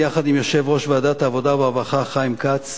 יחד עם יושב-ראש ועדת העבודה והרווחה חיים כץ,